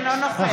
אינו נוכח